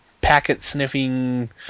packet-sniffing